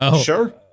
Sure